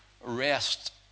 rest